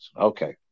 Okay